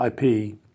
IP